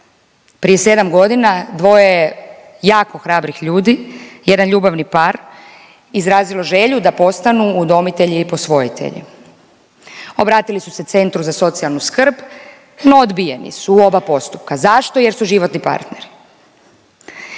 Prije sedam godina dvoje je jako hrabrih ljudi jedan ljubavni par izrazilo želju da postanu udomitelji i posvojitelji. Obratili su se Centru za socijalnu skrb, no odbijeni su u oba postupka. Zašto? Jer su životni partneri.